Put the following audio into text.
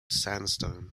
sandstone